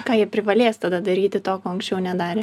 ką jie privalės tada daryti to ko anksčiau nedarė